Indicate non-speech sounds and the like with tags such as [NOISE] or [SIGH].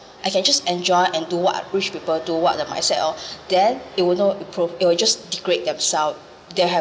I can just enjoy and do what rich people do what the myself [BREATH] then it will not improve it will just degrade themself they have